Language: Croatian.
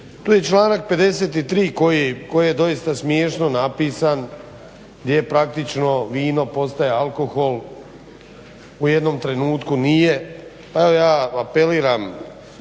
Tu je i članak 53. koji je doista smiješno napisan, gdje je praktično vino postaje alkohol u jednom trenutku nije. Pa evo ja apeliram